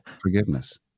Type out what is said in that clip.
forgiveness